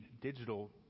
digital